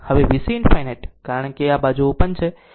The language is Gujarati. તેથી VC ∞ કારણ કે આ બાજુ ઓપન છે